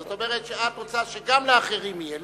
זאת אומרת, את רוצה שגם לאחרים יהיה.